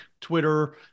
Twitter